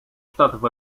штатов